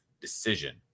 decision